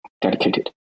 dedicated